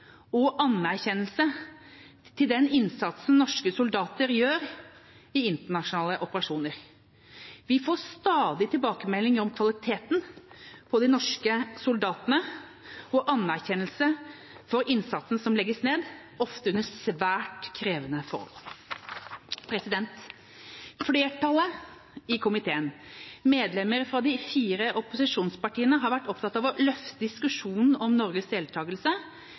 og anerkjennelse til den innsatsen norske soldater gjør i internasjonale operasjoner. Vi får stadig tilbakemeldinger om kvaliteten på de norske soldatene og anerkjennelse for innsatsen som legges ned, ofte under svært krevende forhold. Flertallet i komiteen, medlemmer fra de fire opposisjonspartiene, har vært opptatt av å løfte diskusjonen om Norges